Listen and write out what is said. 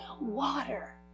water